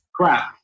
crap